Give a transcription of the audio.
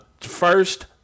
first